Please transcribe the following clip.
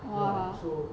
(uh huh)